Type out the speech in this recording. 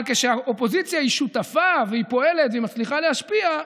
אבל כשהאופוזיציה שותפה ופועלת ומצליחה להשפיע,